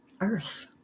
earth